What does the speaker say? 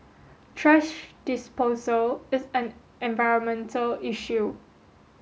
trash disposal is an environmental issue